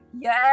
Yes